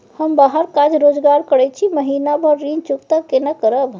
हम बाहर काज रोजगार करैत छी, महीना भर ऋण चुकता केना करब?